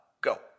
Go